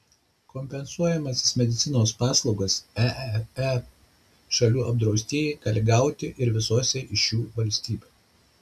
kompensuojamąsias medicinos paslaugas eee šalių apdraustieji gali gauti ir visose iš šių valstybių